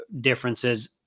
differences